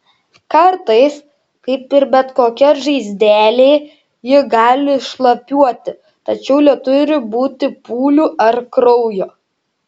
kartais kaip ir bet kokia žaizdelė ji gali šlapiuoti tačiau neturi būti pūlių ar kraujo